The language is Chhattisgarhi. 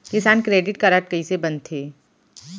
किसान क्रेडिट कारड कइसे बनथे?